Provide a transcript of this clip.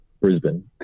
Brisbane